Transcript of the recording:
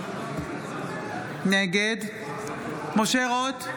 נגד משה רוט,